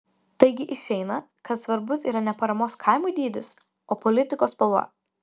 taigi išeina kad svarbus yra ne paramos kaimui dydis o tik politikos spalva